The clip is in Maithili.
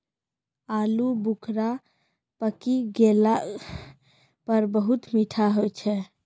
आलू बुखारा पकी गेला पर बहुत मीठा होय छै